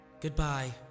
Goodbye